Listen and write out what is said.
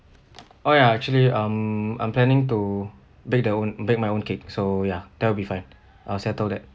oh ya actually um I'm planning to bake the own bake my own cake so ya that'll be fine I'll settle that